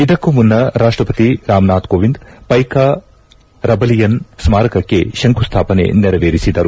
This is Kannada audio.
ಇದಕ್ಕೂ ಮುನ್ನ ರಾಷ್ಪಪತಿ ರಾಮನಾಥ್ ಕೋವಿಂದ್ ಪ್ಲೆಕಾ ರಬಲಿಯನ್ ಸ್ನಾರಕಕ್ಕೆ ಶಂಕುಸ್ಲಾಪನೆ ನೆರವೇರಿಸಿದರು